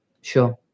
Sure